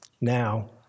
Now